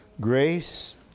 Grace